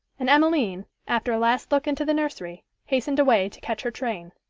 and emmeline, after a last look into the nursery, hastened away to catch her train.